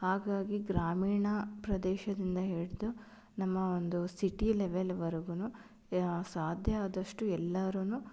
ಹಾಗಾಗಿ ಗ್ರಾಮೀಣ ಪ್ರದೇಶದಿಂದ ಹಿಡಿದು ನಮ್ಮ ಒಂದು ಸಿಟಿ ಲೆವೆಲ್ವರ್ಗು ಸಾಧ್ಯ ಆದಷ್ಟು ಎಲ್ಲರು